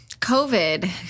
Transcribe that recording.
COVID